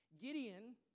Gideon